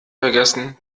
vergessen